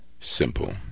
Simple